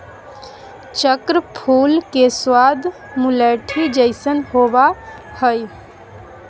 चक्र फूल के स्वाद मुलैठी जइसन होबा हइ